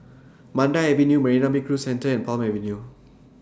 Mandai Avenue Marina Bay Cruise Centre and Palm Avenue